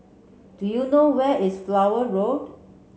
do you know where is Flower Road